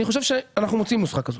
אני חושב שאנחנו מוצאים נוסחה כזאת.